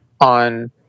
on